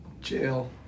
jail